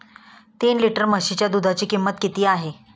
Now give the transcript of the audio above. तीन लिटर म्हशीच्या दुधाची किंमत किती आहे?